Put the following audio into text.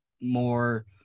more